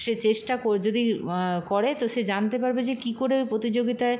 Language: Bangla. সে চেষ্টা যদি করে তো সে জানতে পারবে যে কী করে ওই প্রতিযোগিতায়